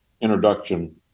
introduction